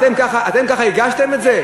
אתם ככה הגשתם את זה?